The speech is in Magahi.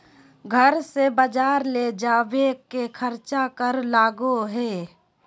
घर से बजार ले जावे के खर्चा कर लगो है?